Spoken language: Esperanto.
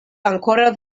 ankoraŭ